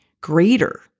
greater